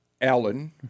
Alan